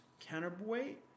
Counterweight